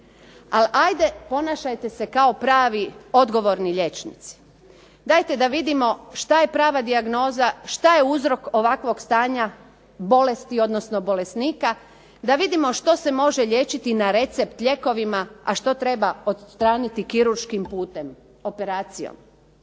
Ali hajde ponašajte se kao pravi odgovorni liječnici. Dajte da vidimo što je prava dijagnoza, šta je uzrok ovakvog stanja, bolesti, odnosno bolesnika, da vidimo što se može liječiti na recept lijekovima, a što treba odstraniti kirurškim putem, operacijom.